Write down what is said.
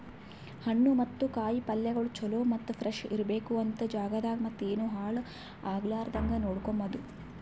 ಹಣ್ಣು ಮತ್ತ ಕಾಯಿ ಪಲ್ಯಗೊಳ್ ಚಲೋ ಮತ್ತ ಫ್ರೆಶ್ ಇರ್ಬೇಕು ಅಂತ್ ಜಾಗದಾಗ್ ಮತ್ತ ಏನು ಹಾಳ್ ಆಗಲಾರದಂಗ ನೋಡ್ಕೋಮದ್